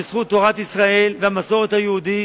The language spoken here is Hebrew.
בזכות תורת ישראל והמסורת היהודית,